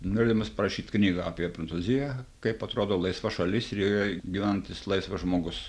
norėdamas parašyt knygą apie prancūziją kaip atrodo laisva šalis ir joje gyvenantis laisvas žmogus